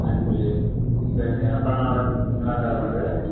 அஞ்சு சரி அப்பறம் வேற என்ன மேடம் தேவைப்படுது